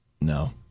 No